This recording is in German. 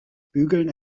bügeln